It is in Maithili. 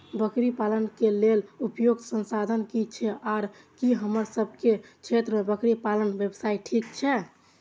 बकरी पालन के लेल उपयुक्त संसाधन की छै आर की हमर सब के क्षेत्र में बकरी पालन व्यवसाय ठीक छै?